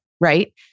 right